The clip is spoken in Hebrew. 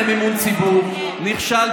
אתם מבקשים להפעיל כלים של שב"כ נגד אזרחים,